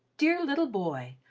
dear little boy!